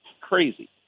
crazy